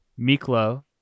Miklo